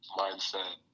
mindset